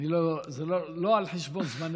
לא על חשבון זמנך,